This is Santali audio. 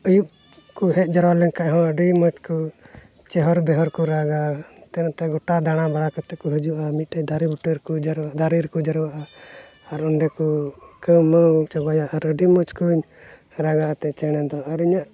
ᱟᱹᱭᱩᱵᱽ ᱠᱚ ᱦᱮᱡ ᱡᱟᱣᱨᱟ ᱞᱮᱱᱠᱷᱟᱡ ᱦᱚᱸ ᱟᱹᱰᱤ ᱢᱚᱡᱽ ᱠᱚ ᱪᱮᱦᱚᱨ ᱵᱮᱦᱚᱨ ᱠᱚ ᱨᱟᱜᱟ ᱦᱟᱱᱛᱮ ᱱᱟᱛᱮ ᱜᱳᱴᱟ ᱫᱟᱬᱟᱵᱟᱲᱟ ᱠᱟᱛᱮ ᱠᱚ ᱦᱤᱡᱩᱜᱼᱟ ᱢᱤᱫᱴᱮᱡ ᱫᱟᱨᱮ ᱵᱩᱴᱟᱹ ᱨᱮᱠᱚ ᱡᱟᱣᱨᱟᱜᱼᱟ ᱟᱨ ᱚᱸᱰᱮ ᱠᱚ ᱠᱟᱹᱣᱢᱟᱹᱣ ᱪᱟᱵᱟᱭᱟ ᱟᱨ ᱟᱹᱰᱤ ᱢᱚᱡᱽ ᱠᱚ ᱨᱟᱜᱟ ᱮᱱᱛᱮᱫ ᱪᱮᱬᱮ ᱫᱚ ᱟᱨ ᱤᱧᱟᱹᱜ